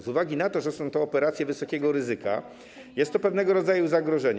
Z uwagi na to, że są to operacje wysokiego ryzyka, jest to pewnego rodzaju zagrożenie.